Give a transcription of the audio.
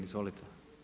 Izvolite.